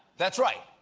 that's right,